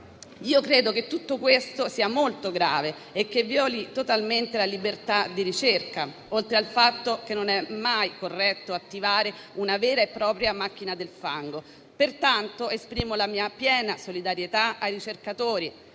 credo che tutto questo sia molto grave e che violi totalmente la libertà di ricerca, oltre al fatto che non è mai corretto attivare una vera e propria macchina del fango. Esprimo pertanto la mia piena solidarietà ai ricercatori,